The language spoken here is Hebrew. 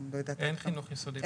אין חינוך יסודי לנוער בסיכון.